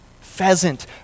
Pheasant